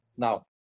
Now